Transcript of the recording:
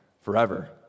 forever